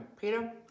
Peter